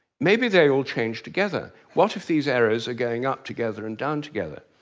maybe they all change together. what if these errors are going up together and down together?